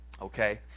okay